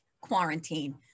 quarantine